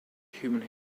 human